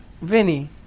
Vinny